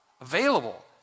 available